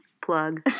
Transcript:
Plug